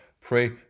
pray